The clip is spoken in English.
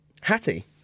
Hattie